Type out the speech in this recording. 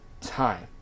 time